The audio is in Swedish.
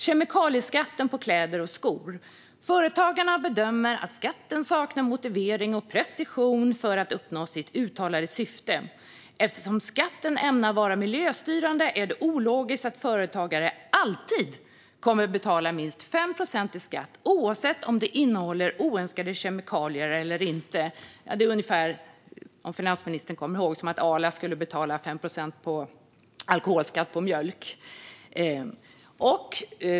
Kemikalieskatten på kläder och skor: Företagarna bedömer att skatten saknar motivering och precision för att uppnå sitt uttalade syfte. Eftersom skatten ämnar vara miljöstyrande är det ologiskt att företagare alltid kommer att betala minst 5 procent i skatt, oavsett om produkterna innehåller oönskade kemikalier eller inte - det är ungefär som, om finansministern kommer ihåg, att Arla skulle betala 5 procents alkoholskatt på mjölk.